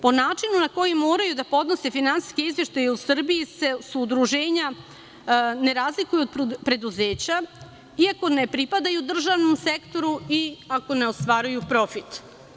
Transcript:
Po načinu na koji moraju da podnose finansijske izveštaje u Srbiji udruženja sene razlikuju od preduzeća iako ne pripadaju državnom sektoru i ako ne ostvaruju profit.